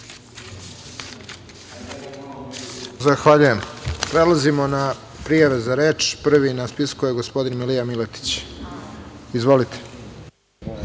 Hvala. Prelazimo na prijave za reč, prvi na spisku je gospodin Milija Miletić. Izvolite.